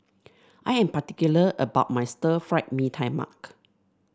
I am particular about my Stir Fry Mee Tai Mak